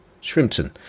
Shrimpton